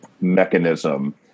mechanism